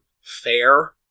fair